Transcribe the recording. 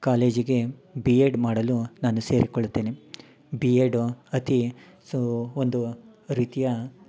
ಕಾಲೇಜಿಗೆ B Ed ಮಾಡಲು ನಾನು ಸೇರಿಕೊಳ್ಳುತ್ತೇನೆ ಬಿ ಎಡು ಅತೀ ಸೋ ಒಂದು ರೀತಿಯ